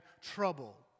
trouble